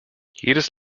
jedes